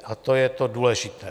A to je to důležité.